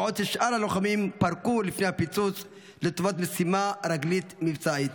בעוד שאר הלוחמים פרקו לפני הפיצוץ לטובת משימה רגלית מבצעית.